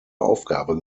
aufgabe